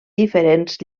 diferents